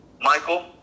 Michael